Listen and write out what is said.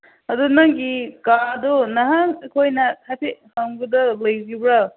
ꯑꯗꯨ ꯅꯪꯒꯤ ꯀꯥꯗꯨ ꯅꯍꯥꯟ ꯑꯩꯈꯣꯏꯅ ꯍꯥꯏꯐꯦꯠ ꯍꯪꯕꯗꯨ ꯂꯩꯔꯤꯕ꯭ꯔꯥ